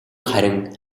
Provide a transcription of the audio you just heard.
харин